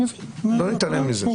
לא להתעלם מזה.